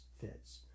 fits